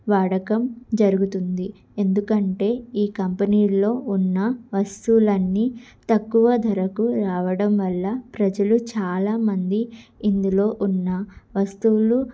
వాడకం జరుగుతుంది ఎందుకంటే ఈ కంపెనీల్లో ఉన్న వస్తువులన్నీ తక్కువ ధరకు రావడం వల్ల ప్రజలు చాలా మంది ఇందులో ఉన్న వస్తువులు